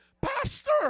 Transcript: Pastor